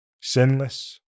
sinless